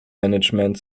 management